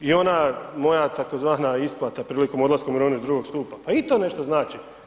I ona moja tzv. isplata prilikom odlaska u mirovinu iz drugog stupa, pa i to nešto znači.